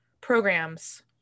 programs